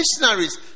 missionaries